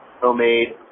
homemade